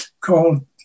called